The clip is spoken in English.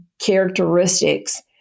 characteristics